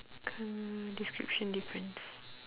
colour description difference